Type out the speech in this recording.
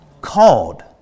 ...called